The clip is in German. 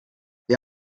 wir